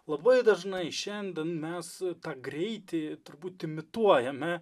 labai dažnai šiandien mes tą greitį turbūt imituojame